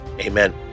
Amen